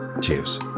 cheers